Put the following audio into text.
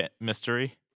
mystery